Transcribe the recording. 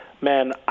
Man